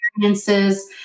experiences